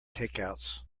takeouts